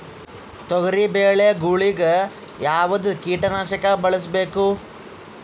ತೊಗರಿಬೇಳೆ ಗೊಳಿಗ ಯಾವದ ಕೀಟನಾಶಕ ಬಳಸಬೇಕು?